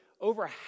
over